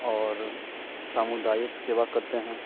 और सामुदायिक सेवा करते हैं